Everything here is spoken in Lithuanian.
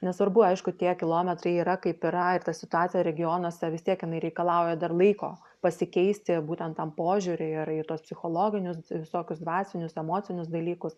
nesvarbu aišku tie kilometrai yra kaip yra ir ta situacija regionuose vis tiek jinai reikalauja dar laiko pasikeisti būtent tam požiūriui ir į tuos psichologinius visokius dvasinius emocinius dalykus